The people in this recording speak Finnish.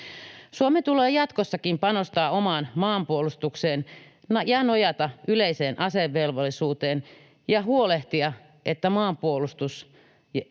Suomen tulee jatkossakin panostaa omaan maanpuolustukseen ja nojata yleiseen asevelvollisuuteen ja huolehtia, että maanpuolustus